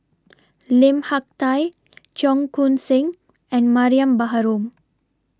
Lim Hak Tai Cheong Koon Seng and Mariam Baharom